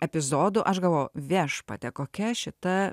epizodų aš galvojau viešpatie kokia šita